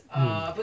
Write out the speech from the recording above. mm